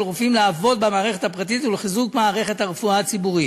הרופאים לעבוד במערכת הפרטית ולחיזוק מערכת הרפואה הציבורית.